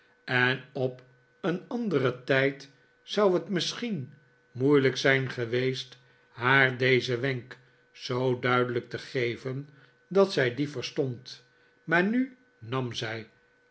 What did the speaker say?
en op een anderen tijd zou het misschien moeilijk zijn geweest haar dezen wenk zoo duidelijk te geven dat zij dien verstond maar nu nam zij